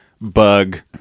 bug